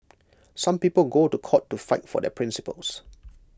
some people go to court to fight for their principles